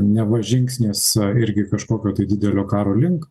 neva žingsniuose irgi kažkokio tai didelio karo link